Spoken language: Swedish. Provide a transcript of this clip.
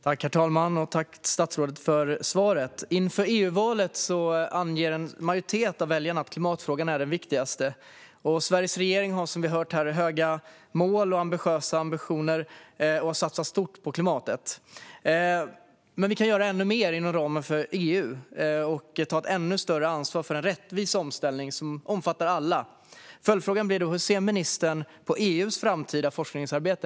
Herr talman! Tack, statsrådet, för svaret! Inför EU-valet anger en majoritet av väljarna att klimatfrågan är den viktigaste. Sveriges regering har, som vi hört här, höga mål och ambitioner och har satsat stort på klimatet. Men vi kan göra ännu mer inom ramen för EU och ta ett ännu större ansvar för en rättvis omställning som omfattar alla. Följdfrågan blir då: Hur ser ministern på EU:s framtida forskningsarbete?